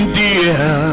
dear